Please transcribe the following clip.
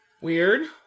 weird